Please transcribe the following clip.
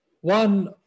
one